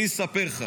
אני אספר לך.